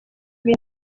ibi